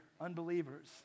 unbelievers